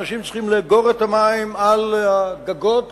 ואנשים צריכים לאגור את המים על הגגות,